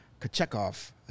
Kachekov